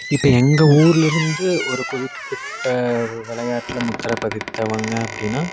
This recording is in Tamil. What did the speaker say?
இப்போ எங்கள் ஊர்லருந்து ஒரு குறிப்பிட்ட விளையாட்ல முத்தரை பதித்தவங்க அப்படின்னா